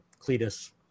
Cletus